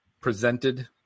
presented